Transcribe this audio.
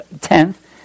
tenth